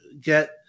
get